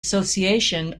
association